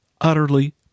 utterly